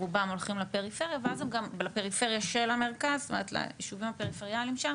רובם הולכים לפריפריה של המרכז ליישובים הפריפריאליים שם